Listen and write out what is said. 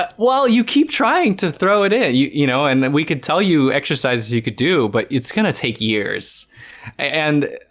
but well you keep trying to throw it in you, you know and we could tell you exercises you could do but it's gonna take years and